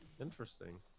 Interesting